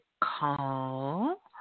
call